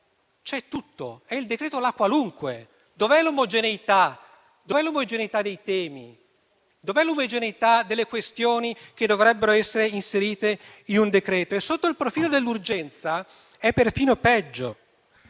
C'è tutto, è il decreto "la qualunque", dov'è l'omogeneità dei temi? Dov'è l'omogeneità delle questioni che dovrebbero essere inserite in un decreto? Sotto il profilo dell'urgenza, poi, è perfino peggio,